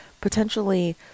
potentially